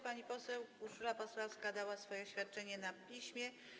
Pani poseł Urszula Pasławska złożyła swoje oświadczenie na piśmie.